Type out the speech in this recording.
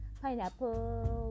pineapple